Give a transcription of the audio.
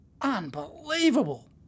Unbelievable